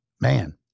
man